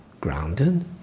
grounded